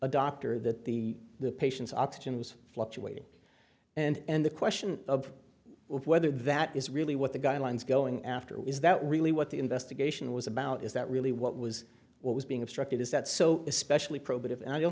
a doctor that the the patient's oxygen was fluctuating and the question of whether that is really what the guidelines going after is that really what the investigation was about is that really what was what was being obstructed is that so especially probative and i don't